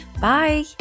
Bye